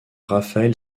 raphaël